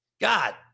God